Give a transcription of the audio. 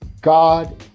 God